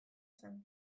zen